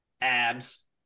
abs